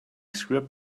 script